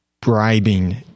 bribing